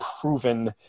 proven